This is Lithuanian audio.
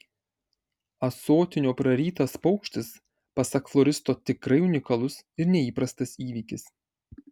ąsotinio prarytas paukštis pasak floristo tikrai unikalus ir neįprastas įvykis